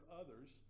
others